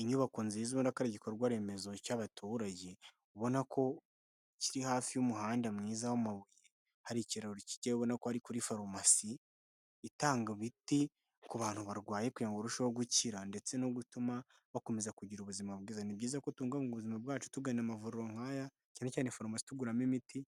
Inyubako nziza ubona ko ari igikorwa remezo cy'abaturage, ubona ko kiri hafi y'umuhanda mwiza w'amabuye, hari ikiraro kujyayo urabona ko ari kuri farumasi itanga imiti ku bantu barwaye kugira ngo barusheho gukira ndetse no gutuma bakomeza kugira ubuzima bwiza. Ni byiza ko tubungabunga ubuzima bwacu tugana amavuriro nk'aya, cyane cyane faromasi dukuramo imiti